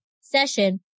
session